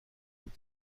بود